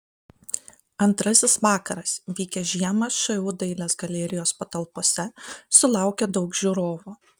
antrasis vakaras vykęs žiemą šu dailės galerijos patalpose sulaukė daug žiūrovų